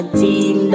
team